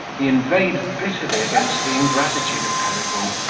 he inveighed bitterly against the ingratitude of peregrine,